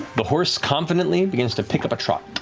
the horse confidently begins to pick up a trot